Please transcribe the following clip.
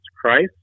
Christ